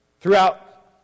Throughout